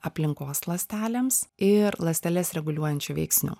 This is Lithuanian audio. aplinkos ląstelėms ir ląsteles reguliuojančių veiksnių